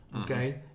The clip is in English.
Okay